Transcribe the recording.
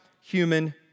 human